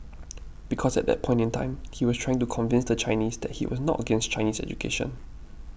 because at that point in time he was trying to convince the Chinese that he was not against Chinese education